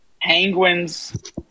Penguins